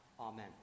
Amen